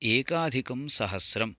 एकाधिकं सहस्रं